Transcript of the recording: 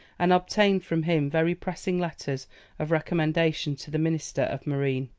and obtained from him very pressing letters of recommendation to the minister of marine.